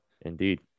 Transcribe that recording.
Indeed